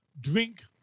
drink